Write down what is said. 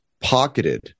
pocketed